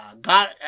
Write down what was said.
got